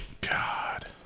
God